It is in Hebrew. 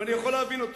ואני יכול להבין אותו.